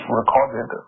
recorded